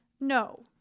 No